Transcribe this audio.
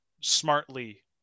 smartly